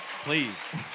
Please